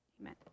Amen